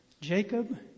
Jacob